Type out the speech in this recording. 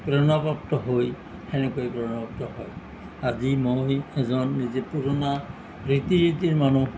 প্ৰেৰণা প্ৰাপ্ত হৈ এনেকৈ প্ৰেৰণা প্ৰাপ্ত হয় আজি মই এজন নিজে পুৰণা ৰীতি নীতিৰ মানুহ